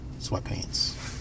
sweatpants